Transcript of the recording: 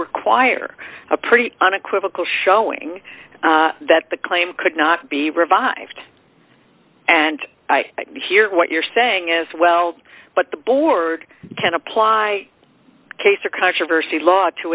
require a pretty unequivocal showing that the claim could not be revived and i hear what you're saying is well but the board can apply case or controversy law to